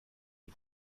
est